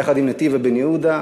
יחד עם נתיבה בן-יהודה.